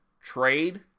trade